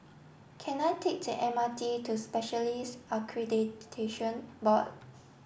can I take the M R T to Specialists Accreditation Board